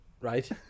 right